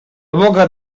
boca